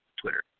Twitter